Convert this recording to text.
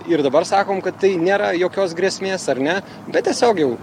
ir dabar sakom kad tai nėra jokios grėsmės ar ne bet tiesiog jau